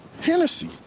Hennessy